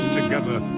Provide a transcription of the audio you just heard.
together